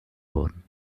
worden